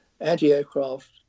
anti-aircraft